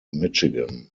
michigan